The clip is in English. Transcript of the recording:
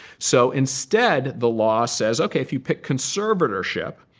so instead, the law says, ok, if you pick conservatorship,